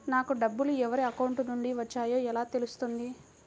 నాకు డబ్బులు ఎవరి అకౌంట్ నుండి వచ్చాయో ఎలా తెలుస్తుంది?